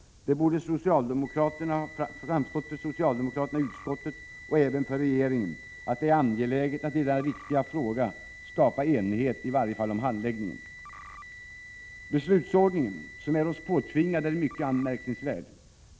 Det borde för socialdemokraterna i utskottet — och även för regeringen — varit angeläget att i dessa viktiga frågor skapa enighet i varje fall om handläggningen. Beslutsordningen — som är oss påtvingad — är mycket anmärkningsvärd.